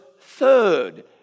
third